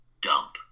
dump